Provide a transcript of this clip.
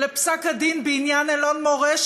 לפסק-הדין בעניין אלון-מורה,